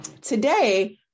Today